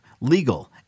legal